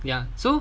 ya so